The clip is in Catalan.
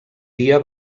dia